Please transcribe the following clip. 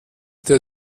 der